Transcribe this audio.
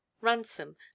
Ransom